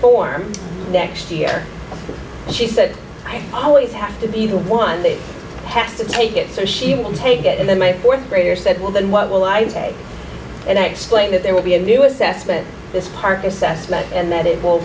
for next year she said i always have to be the one that has to take it so she will take it and then my fourth grader said well then what will i say and i explain that there will be a new assessment this park assessment and that it will